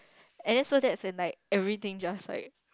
and then so that when like everything just like